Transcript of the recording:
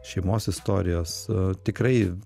šeimos istorijos tikrai